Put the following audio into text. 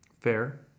Fair